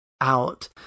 out